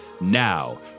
Now